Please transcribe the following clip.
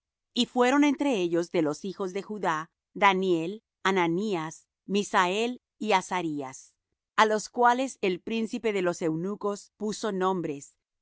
y fueron entre ellos de los hijos de judá daniel ananías misael y azarías a los cuales el príncipe de los eunucos puso nombres